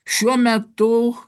šiuo metu